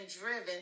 driven